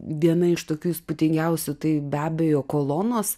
viena iš tokių įspūdingiausių tai be abejo kolonos